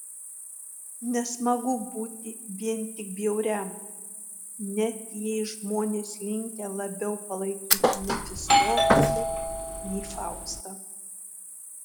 nesmagu būti vien tik bjauriam net jei žmonės linkę labiau palaikyti mefistofelį nei faustą